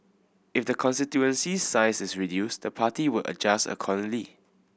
if the constituency's size is reduced the party would adjust accordingly